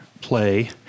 play